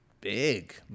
big